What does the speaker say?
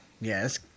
Yes